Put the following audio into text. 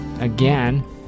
again